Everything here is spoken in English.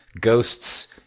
ghosts